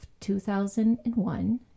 2001